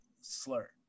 slur